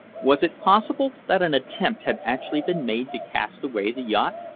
was it possible that an attempt had actually been made to cast away the yacht,